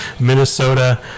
Minnesota